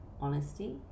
honesty